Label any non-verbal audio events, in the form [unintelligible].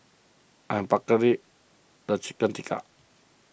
I'm [unintelligible] the Chicken Tikka